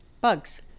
Bugs